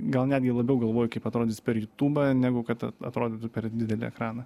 gal netgi labiau galvoju kaip atrodys per jutubą negu kad atrodytų per didelį ekraną